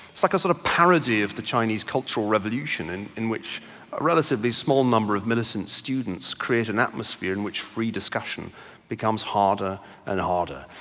it's like a sort of parody of the chinese cultural revolution and in which a relatively small number of and students create an atmosphere in which free discussion becomes harder and harder.